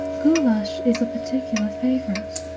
goulash is a particular favorite.